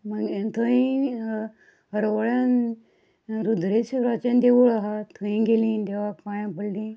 मागीर आनी थंय हरवळ्यान रुद्रेश्वराचें देवूळ आसा थंय गेलीं देवाक पांयां पडलीं